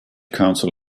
council